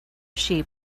sheep